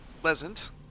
pleasant